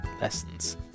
lessons